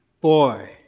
Boy